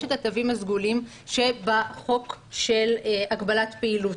יש את התווים הסגולים שבחוק של הגבלת פעילות,